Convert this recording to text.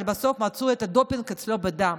אבל בסוף מצאו את הדופינג אצלו בדם.